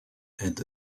and